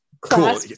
Cool